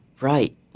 Right